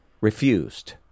refused